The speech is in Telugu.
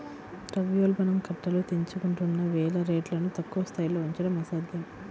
ద్రవ్యోల్బణం కట్టలు తెంచుకుంటున్న వేళ రేట్లను తక్కువ స్థాయిలో ఉంచడం అసాధ్యం